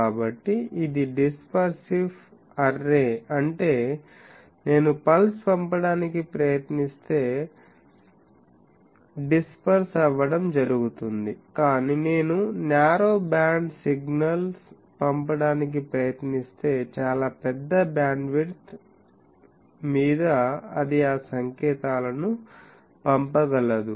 కాబట్టి ఇది dispersive array అంటే నేను పల్స్ పంపడానికి ప్రయత్నస్తే డిస్పెర్స్ అవ్వడం జరుగుతుంది కానీ నేను న్యారో బ్యాండ్ సిగ్నల్స్ పంపడానికి ప్రయత్నిస్తే చాలా పెద్ద బ్యాండ్విడ్త్ మీద అది ఆ సంకేతాలను పంపగలదు